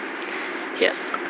Yes